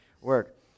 work